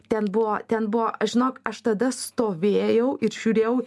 ten buvo ten buvo aš žinok aš tada stovėjau ir žiūrėjau